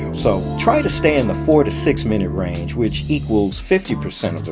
so try to stay in the four to six minute range which equals fifty percent of the